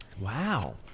Wow